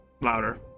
Louder